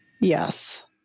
Yes